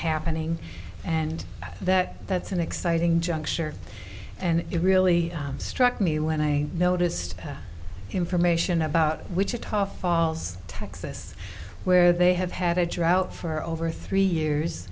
happening and that that's an exciting juncture and it really struck me when i noticed information about wichita falls texas where they have had a drought for over three years